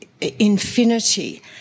infinity